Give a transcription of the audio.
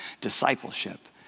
discipleship